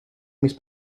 mis